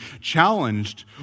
challenged